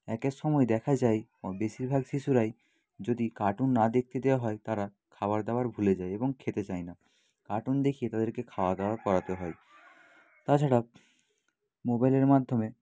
এক এক সময় দেখা যায় বেশিরভাগ শিশুরাই যদি কার্টুন না দেখতে দেওয়া হয় তারা খাবার দাবার ভুলে যায় এবং খেতে চায় না কার্টুন দেখিয়ে তাদেরকে খাওয়াদাওয়া করাতে হয় তাছাড়া মোবাইলের মাধ্যমে